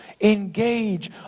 Engage